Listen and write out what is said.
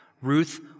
Ruth